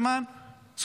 מתימן יורים עלינו טילים,